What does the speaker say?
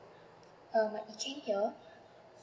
uh I am yee keng here